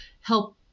help